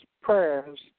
prayers